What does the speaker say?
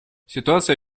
ситуация